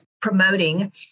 promoting